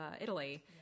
Italy